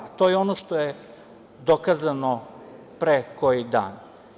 To je ono što je dokazano pre koji dan.